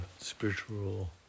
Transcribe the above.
spiritual